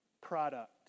product